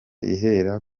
ihera